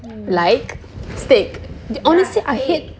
like steak but honestly I hate